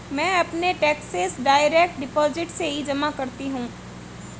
मैं अपने taxes direct deposit से ही जमा करती हूँ